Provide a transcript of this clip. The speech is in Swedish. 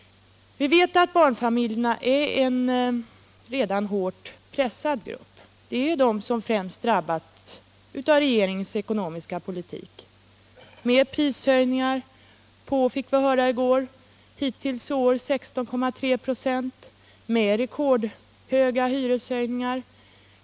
Vi vet att barnfamiljerna är en redan hårt pressad grupp. Det är de som främst drabbas av regeringens ekonomiska politik med prishöjningar på, enligt vad vi fick höra i går, hittills i år 16,3 96 och med rekordhöga hyreshöjningar.